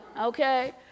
okay